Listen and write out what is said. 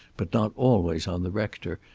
but not always on the rector,